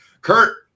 Kurt